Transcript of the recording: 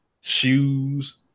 shoes